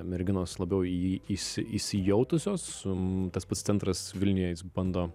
merginos labiau į jį įsi įsijautusios su tas pats centras vilniuje jis bando